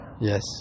Yes